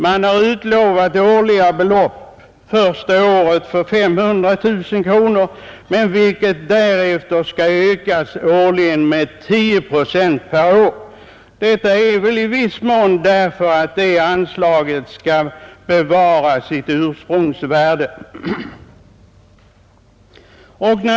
Man har utlovat årliga bidrag: första året 500 000 kronor, vilket belopp därefter skall ökas med 10 procent per år. Avsikten med detta är väl i viss mån att anslaget skall bevara sitt ursprungsvärde.